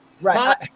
Right